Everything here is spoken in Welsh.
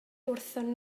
wrthon